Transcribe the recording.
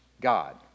God